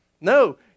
No